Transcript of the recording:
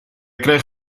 kreeg